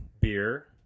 Beer